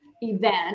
event